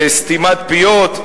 בסתימת פיות,